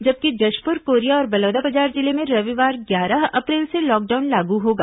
जबकि जशपुर कोरिया और बलौदाबाजार जिले में रविवार ग्यारह अप्रैल से लॉकडाउन लागू होगा